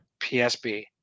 PSB